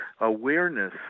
Awareness